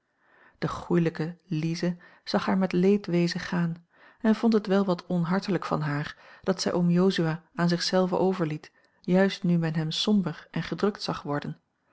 de goelijke lize zag haar met leedwezen gaan en vond het wel wat onhartelijk van haar dat zij oom jozua aan zich zelven overliet juist nu men hem somber en gedrukt zag worden